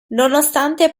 nonostante